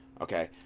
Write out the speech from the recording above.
Okay